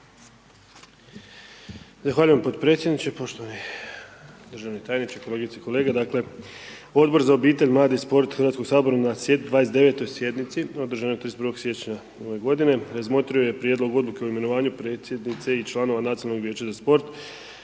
Zahvaljujem potpredsjedniče, poštovani državni tajniče, kolegice i kolege. Dakle, Odbor za obitelj, mlade i sport HS-a na 29. sjednici održanoj 31. siječnja ove godine razmotrio je Prijedlog odluke o imenovanju predsjednice i članova Nacionalnog vijeća za sport,